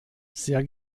sehr